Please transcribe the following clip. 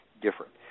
different